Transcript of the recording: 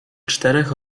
czterech